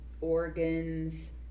organs